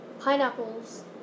pineapples